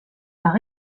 par